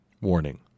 Warning